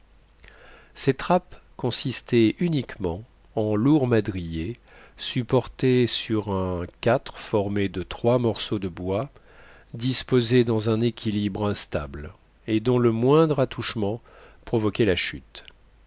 ces trappes consistaient uniquement en lourds madriers supportés sur un formé de trois morceaux de bois disposés dans un équilibre instable et dont le moindre attouchement provoquait la chute